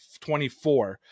24